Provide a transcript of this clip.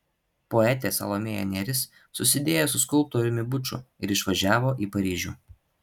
poetė salomėja nėris susidėjo su skulptoriumi buču ir išvažiavo į paryžių